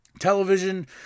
television